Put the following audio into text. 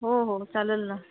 हो हो चालेल ना